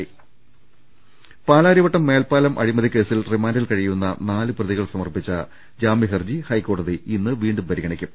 ് പാലാരിവട്ടം മേൽപ്പാലം അഴിമതി കേസിൽ റിമാൻഡിൽ കഴിയുന്ന നാല് പ്രതികൾ സമർപ്പിച്ച ജാമ്യ ഹർജി ഹൈക്കോടതി ഇന്ന് വീണ്ടും പരിഗണിക്കും